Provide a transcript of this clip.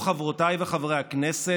חברותיי וחברי הכנסת,